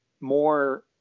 more